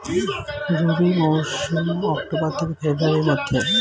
রবি মৌসুম অক্টোবর থেকে ফেব্রুয়ারির মধ্যে